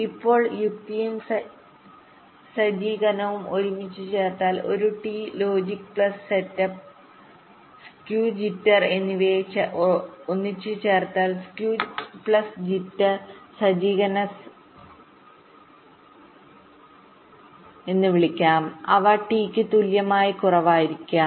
ഇപ്പോൾ യുക്തിയും സജ്ജീകരണവും ഒരുമിച്ച് ചേർത്താൽ ഒരു T logic plus setup skew ജിറ്റർഎന്നിവയെ ഒന്നിച്ചുചേർത്താൽ സ്ക്യൂ പ്ലസ് ജിറ്റർ എന്ന് വിളിക്കാം അവ ടിക്ക് തുല്യമായി കുറവായിരിക്കണം